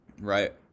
Right